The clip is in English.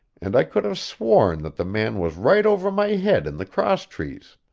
and i could have sworn that the man was right over my head in the crosstrees.